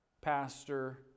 pastor